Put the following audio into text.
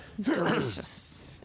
Delicious